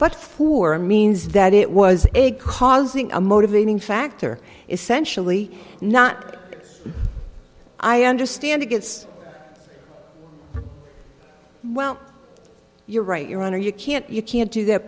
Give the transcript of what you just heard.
but who are means that it was a causing a motivating factor essentially not i understand it gets well you're right your honor you can't you can't do that